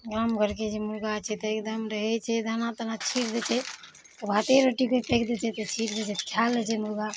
गाम घरके जे मुर्गा छै तऽ एकदम रहय छै दाना ताना छीट दै छै भाते रोटीके फेक दै छै तऽ छीट दै छै खा लै छै मुर्गा